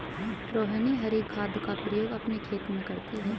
रोहिनी हरी खाद का प्रयोग अपने खेत में करती है